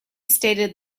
stated